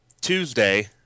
Tuesday